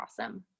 awesome